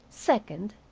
second,